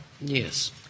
Yes